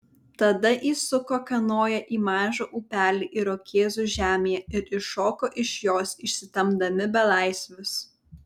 tada įsuko kanoją į mažą upelį irokėzų žemėje ir iššoko iš jos išsitempdami belaisvius